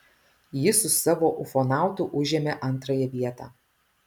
jis su savo ufonautu užėmė antrąją vietą